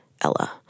Ella